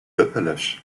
appalaches